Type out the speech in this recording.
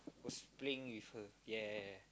was playing with her yeah